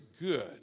good